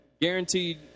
guaranteed